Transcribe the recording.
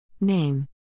Name